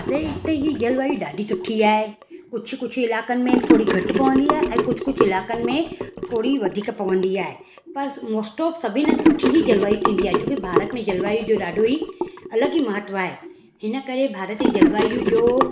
भारत जी जलवायु ॾाढी सुठी आहे कुझु कुझु इलइक़नि में थोड़ी घटि पवंदी आहे ऐं कुझु कुझु इलाकनि में थोरी वधीक पवंदी आहे पर मोस्ट ऑफ सभिनि हंधि सुठी ई जलवायु थींदी आहे छोकी भारत में जलवायु जो ॾाढो ई अलॻि ई महत्व आहे हिन करे भारत जी जलवायु जो